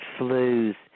flus